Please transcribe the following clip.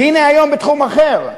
והנה, היום בתחום אחר,